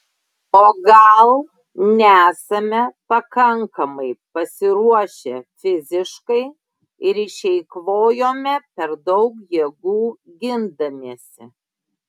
o gal nesame pakankamai pasiruošę fiziškai ir išeikvojome per daug jėgų gindamiesi